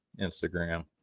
instagram